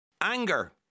Anger